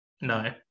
no